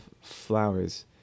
flowers